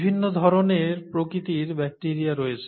বিভিন্ন ধরণের প্রকৃতির ব্যাকটিরিয়া রয়েছে